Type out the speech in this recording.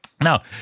Now